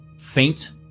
faint